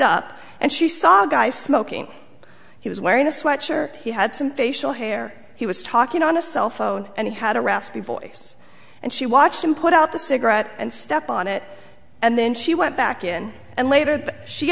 up and she saw guy smoking he was wearing a sweater he had some facial hair he was talking on a cell phone and he had a raspy voice and she watched him put out the cigarette and step on it and then she went back in and later